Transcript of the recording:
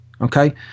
okay